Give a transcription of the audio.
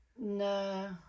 no